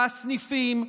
מהסניפים,